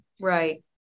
Right